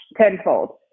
tenfold